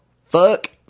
Fuck